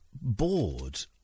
Bored